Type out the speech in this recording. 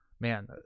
man